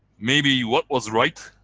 maybe what was right